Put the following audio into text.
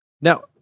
Now